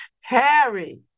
Harry